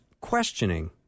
questioning